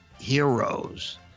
heroes